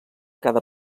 cada